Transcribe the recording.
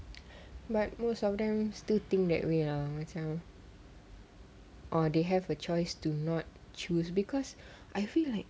but most of them still think that we are macam or they have a choice to not choose because I feel like